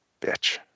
Bitch